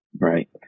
Right